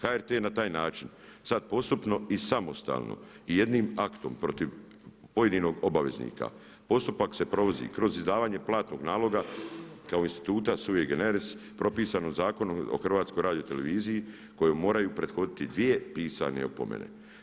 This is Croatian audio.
HRT na taj način sada postupno i samostalno jednim aktom protiv pojedinog obaveznika, postupak se provodi kroz izdavanje platnog naloga kao instituta … propisanom Zakonom o HRT-u koje moraju prethoditi dvije pisane opomene.